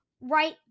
right